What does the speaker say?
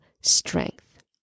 strength